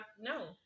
no